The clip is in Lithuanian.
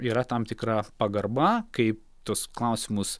yra tam tikra pagarba kai tuos klausimus